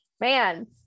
man